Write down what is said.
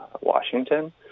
washington